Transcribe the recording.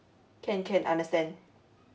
can can understand